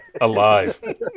alive